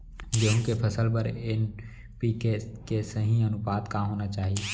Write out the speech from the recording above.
गेहूँ के फसल बर एन.पी.के के सही अनुपात का होना चाही?